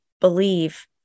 Believe